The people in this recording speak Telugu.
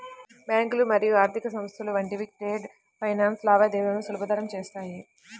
బ్యాంకులు మరియు ఆర్థిక సంస్థలు వంటివి ట్రేడ్ ఫైనాన్స్ లావాదేవీలను సులభతరం చేత్తాయి